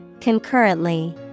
Concurrently